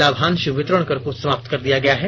लाभांश वितरण कर को समाप्त कर दिया गया है